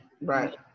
right